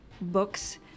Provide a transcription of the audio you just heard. books